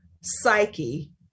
psyche